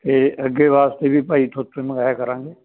ਅਤੇ ਅੱਗੇ ਵਾਸਤੇ ਵੀ ਭਾਈ ਥੋਤੋਂ ਮੰਗਵਾਇਆ ਕਰਾਂਗੇ